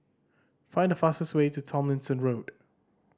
find the fastest way to Tomlinson Road